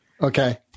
Okay